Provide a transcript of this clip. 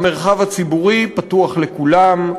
המרחב הציבורי פתוח לכולם,